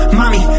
mommy